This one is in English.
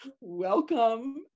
welcome